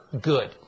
good